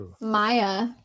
Maya